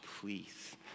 please